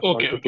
Okay